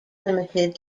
limited